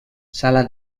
sala